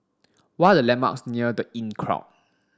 what are the landmarks near The Inncrowd